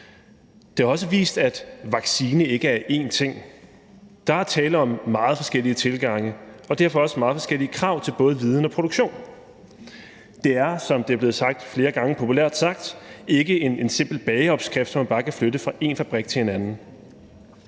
Det har også vist, at vaccine ikke er én ting. Der er tale om meget forskellige tilgange og derfor også meget forskellige krav til både viden og produktion. Det er, som det er blevet sagt flere gange, populært sagt ikke en simpel bageopskrift, som man bare kan flytte fra en fabrik til en anden.